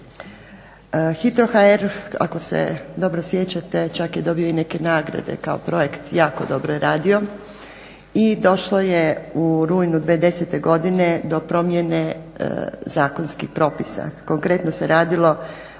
HITRO-HR ako se dobro sjećate čak je dobio i neke nagrade kao projekt, jako dobro je radio i došlo je u rujnu 2010. godine do promjene zakonskih propisa.